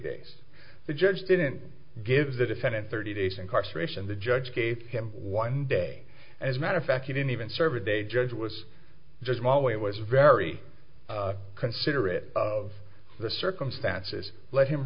days the judge didn't give the defendant thirty days incarceration the judge gave him one day as a matter of fact he didn't even serve a day judge it was just my way it was very considerate of the circumstances let him